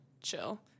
chill